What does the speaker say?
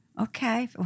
Okay